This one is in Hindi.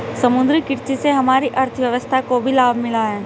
समुद्री कृषि से हमारी अर्थव्यवस्था को भी लाभ मिला है